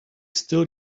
still